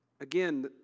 Again